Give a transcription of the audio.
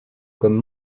comme